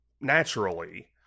Naturally